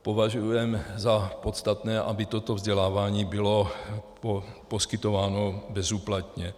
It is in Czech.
Považujeme za podstatné, aby toto vzdělávání bylo poskytováno bezúplatně.